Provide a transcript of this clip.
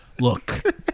Look